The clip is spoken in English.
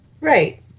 right